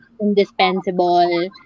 indispensable